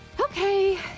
Okay